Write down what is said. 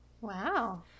Wow